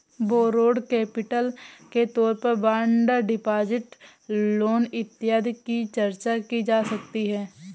borrowed capital के तौर पर बॉन्ड डिपॉजिट लोन इत्यादि की चर्चा की जा सकती है